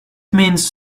means